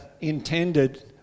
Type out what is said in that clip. intended